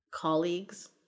Colleagues